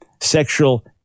sexual